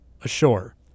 ashore